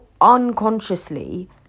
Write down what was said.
unconsciously